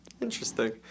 interesting